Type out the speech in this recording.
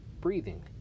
Breathing